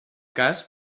cas